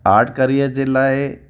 art career जे लाइ